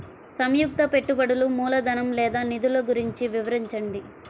సంయుక్త పెట్టుబడులు మూలధనం లేదా నిధులు గురించి వివరించండి?